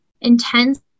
intense